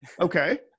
Okay